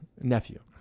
Nephew